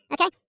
Okay